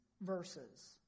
verses